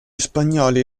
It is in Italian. spagnoli